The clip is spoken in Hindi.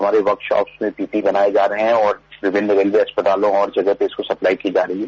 हमारे वर्कशॉप में पीपीई बनाए जा रहे हैं और विभिन्न रेलवे अस्पतालों और जगहों पर इसकी सप्लाई की जा रही है